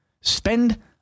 Spend